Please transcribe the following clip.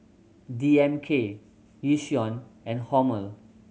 D M K Yishion and Hormel